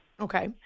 Okay